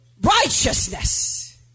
Righteousness